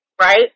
Right